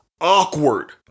awkward